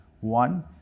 one